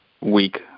week